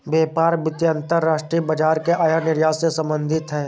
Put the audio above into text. व्यापार वित्त अंतर्राष्ट्रीय बाजार के आयात निर्यात से संबधित है